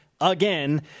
again